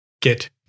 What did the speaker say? get